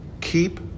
Keep